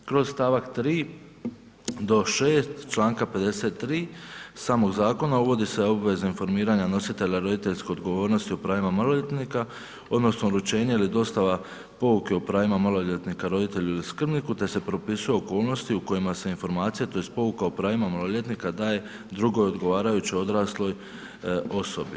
Kroz stavak 3. do 6. članka 53. samog zakona uvodi se obveza informiranja nositelja roditeljske odgovornosti o pravima maloljetnika, odnosno uručenje ili dostava pouke o pravima maloljetnika roditelju ili skrbniku te se propisuju okolnosti u kojima se informacija tj. pouka o pravima maloljetnika daje drugoj odgovarajućoj odrasloj osobi.